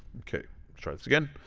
ok, let's try this again